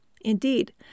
Indeed